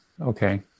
Okay